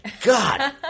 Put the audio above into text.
God